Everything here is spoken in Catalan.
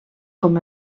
com